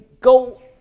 go